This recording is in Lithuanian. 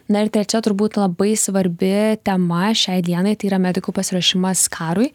na ir trečia turbūt labai svarbi tema šiai dienai tai yra medikų pasiruošimas karui